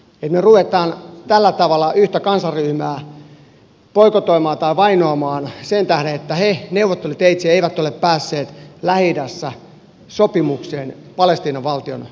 että me rupeamme tällä tavalla yhtä kansanryhmää boikotoimaan tai vainoamaan sen tähden että he neuvotteluteitse eivät ole päässeet lähi idässä sopimukseen palestiinan valtion kohtalosta